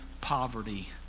poverty